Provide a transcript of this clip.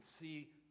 see